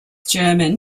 german